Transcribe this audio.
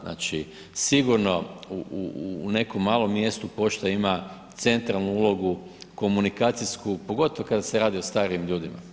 Znači, sigurno u nekom malom mjestu pošta ima centralnu ulogu komunikacijsku, pogotovo kada se radi o starijim ljudima.